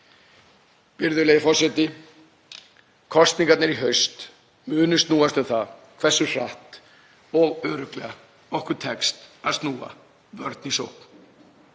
Virðulegi forseti. Kosningarnar í haust munu snúast um það hversu hratt og örugglega okkur tekst að snúa vörn í sókn.